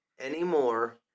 anymore